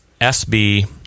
SB